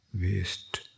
waste